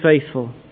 faithful